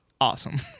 awesome